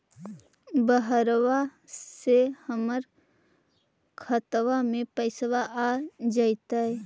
बहरबा से हमर खातबा में पैसाबा आ जैतय?